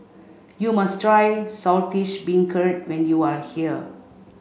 you must try Saltish Beancurd when you are here